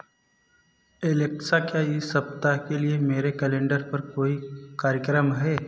Alexa क्या इस सप्ताह के लिए मेरे कैलेंडर पर कोई कार्यक्रम है